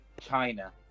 China